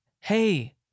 hey